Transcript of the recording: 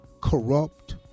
corrupt